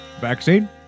vaccine